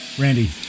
Randy